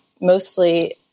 mostly